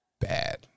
bad